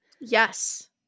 Yes